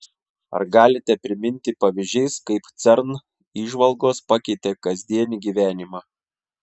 ar galite priminti pavyzdžiais kaip cern įžvalgos pakeitė kasdienį gyvenimą